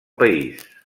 país